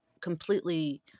completely